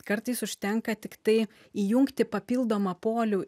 kartais užtenka tiktai įjungti papildomą polių